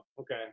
okay